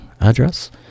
address